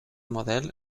model